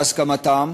בהסכמתם,